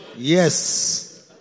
yes